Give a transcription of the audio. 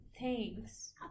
Thanks